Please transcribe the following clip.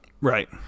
Right